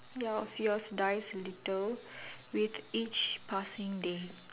ya of yours dies a little with each passing day